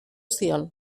zion